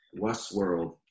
westworld